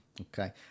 okay